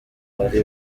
bari